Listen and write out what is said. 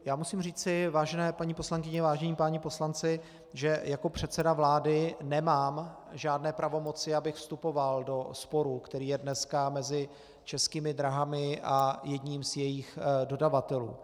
Já musím říci, vážené paní poslankyně, vážení páni poslanci, že jako předseda vlády nemám žádné pravomoci, abych vstupoval do sporu, který je dneska mezi Českými dráhami a jedním z jejich dodavatelů.